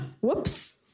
Whoops